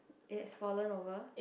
it has fallen over